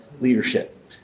leadership